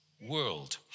world